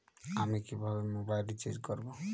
আমি কিভাবে mobile recharge করব?